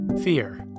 Fear